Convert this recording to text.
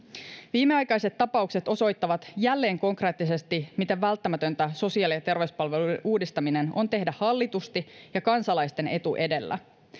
viimeaikaiset tapaukset osoittavat jälleen konkreettisesti miten välttämätöntä sosiaali ja terveyspalveluiden uudistaminen on tehdä hallitusti ja kansalaisten etu edellä